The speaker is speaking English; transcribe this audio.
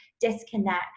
disconnect